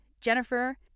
jennifer